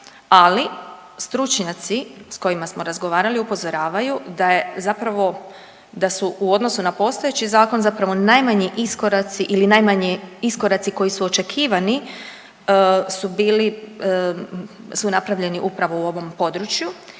ali stručnjaci s kojima smo razgovarali upozoravaju da je zapravo, da su u odnosu na postojeći zakon zapravo najmanji iskoraci ili najmanji iskoraci koji su očekivani su bili, su napravljeni upravo u ovom području